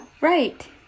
Right